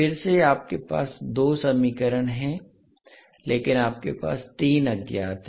फिर से आपके पास 2 समीकरण हैं लेकिन आपके पास 3 अज्ञात हैं